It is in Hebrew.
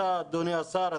אדוני השר,